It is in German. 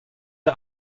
der